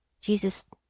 Jesus